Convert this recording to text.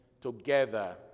together